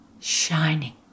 shining